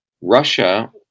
russia